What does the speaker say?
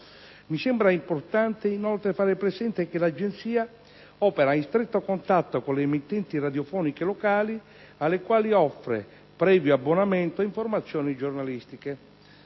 Mi sembra importante, inoltre, fare presente che l'agenzia opera in stretto contatto con le emittenti radiofoniche locali, alle quali offre, previo abbonamento, informazioni giornalistiche.